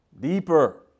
Deeper